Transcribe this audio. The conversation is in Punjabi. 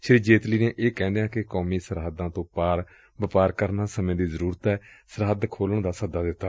ਸ੍ਰੀ ਜੇਤਲੀ ਨੇ ਇਹ ਕਹਿਦਿਆਂ ਕਿਹਾ ਕਿ ਕੋਮੀ ਸਰਹੱਦਾਂ ਤੋਂ ਪਾਰ ਵਪਾਰ ਕਰਨਾ ਸਮੇਂ ਦੀ ਜ਼ਰੁਰਤ ਏ ਸਰਹੱਦ ਖੋਲੁਣ ਦਾ ਸੱਦਾ ਦਿੱਤਾ